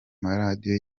maradiyo